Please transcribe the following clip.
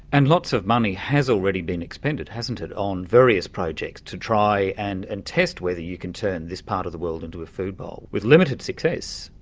and lots of money has already been expended, hasn't it, on various projects, to try and and test whether you can turn this part of the world into a food bowl? with limited success.